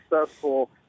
successful